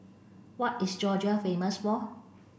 what is Georgia famous for